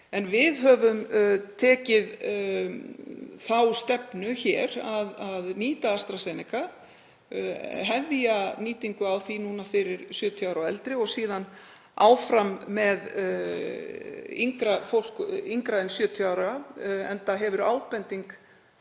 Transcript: Við höfum tekið þá stefnu hér að nýta AstraZeneca, hefja nýtingu á því núna fyrir 70 ára og eldri og síðan áfram með yngra en 70 ára, enda hefur ábending